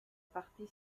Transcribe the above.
partie